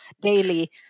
daily